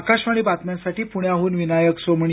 आकाशवाणी बातम्यांसाठी पुण्याहून विनायक सोमणी